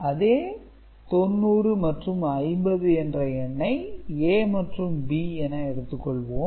அதே 90 மற்றும் 50 என்ற எண்ணை A மற்றும் B என எடுத்துக் கொள்வோம்